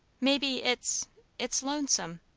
maybe it's it's lonesome.